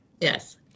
yes